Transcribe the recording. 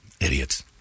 idiots